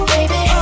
Baby